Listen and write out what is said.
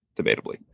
debatably